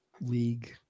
league